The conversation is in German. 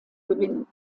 gewinnen